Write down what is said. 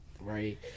right